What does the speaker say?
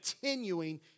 continuing